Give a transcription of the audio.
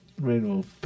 Rainbow